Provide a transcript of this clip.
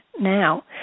now